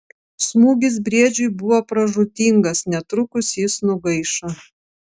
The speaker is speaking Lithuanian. smūgis briedžiui buvo pražūtingas netrukus jis nugaišo